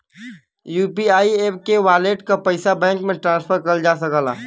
UPI app के wallet क पइसा बैंक में ट्रांसफर करल जा सकला